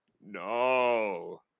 No